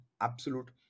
absolute